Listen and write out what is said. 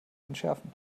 entschärfen